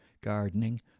gardening